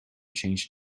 change